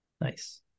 Nice